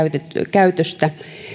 käytöstä annetun